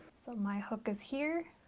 so my hook is here